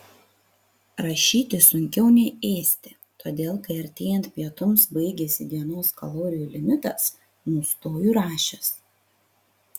rašyti sunkiau nei ėsti todėl kai artėjant pietums baigiasi dienos kalorijų limitas nustoju rašęs